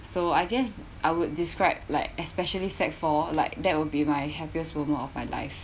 so I guess I would describe like especially sec four like that would be my happiest moment of my life